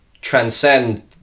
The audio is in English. transcend